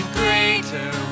greater